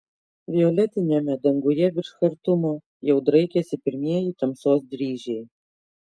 violetiniame danguje virš chartumo jau draikėsi pirmieji tamsos dryžiai